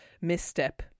misstep